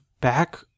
back